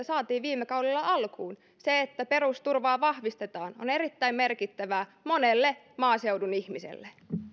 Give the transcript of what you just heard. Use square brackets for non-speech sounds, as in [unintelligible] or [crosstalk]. [unintelligible] saatiin viime kaudella alkuun se että perusturvaa vahvistetaan on erittäin merkittävää monelle maaseudun ihmiselle nyt